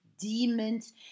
demons